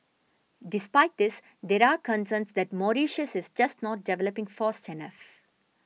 despite this there are concerns that Mauritius is just not developing fast enough